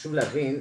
חשוב להבין,